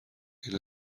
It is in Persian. اینا